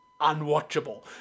unwatchable